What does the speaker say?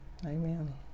Amen